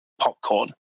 popcorn